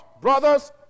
Brothers